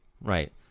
Right